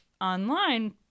online